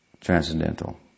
transcendental